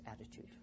attitude